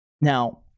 Now